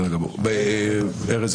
ארז,